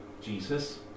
Jesus